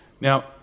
Now